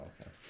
okay